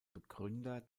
begründer